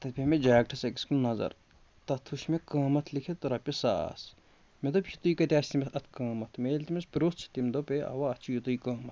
تَتہِ پے مےٚ جاکٹَس أکِس کُن نظر تَتھ وٕچھ مےٚ قۭمَتھ لیٚکھِتھ رۄپیہِ ساس مےٚ دوٚپ یُتُے کَتہِ آسہِ تٔمِس اَتھ قۭمَتھ مےٚ ییٚلہِ تٔمِس پرُژھ تٔمۍ دوٚپ یے اَوا اَتھ چھُ یُتُے قۭمَتھ